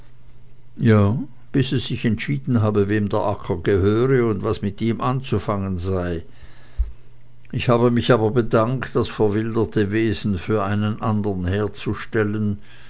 ja bis es sich entschieden habe wem der acker gehöre und was mit ihm anzufangen sei ich habe mich aber bedankt das verwilderte wesen für einen andern herzustellen